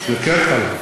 זה כן חל.